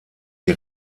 die